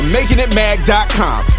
MakingItMag.com